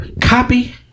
Copy